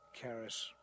Karis